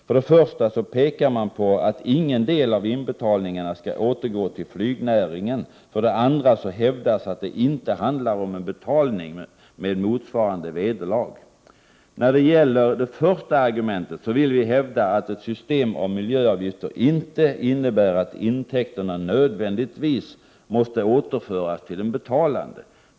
För det första pekar man på att ingen del av inbetalningarna skall återgå till flygnäringen. För det andra hävdas att det inte handlar om en betalning med motsvarande vederlag. När det gäller det första argumentet vill vi hävda att ett system med miljöavgifter inte innebär att intäkterna nödvändigtvis återförs till den betalande.